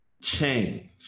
change